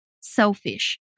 selfish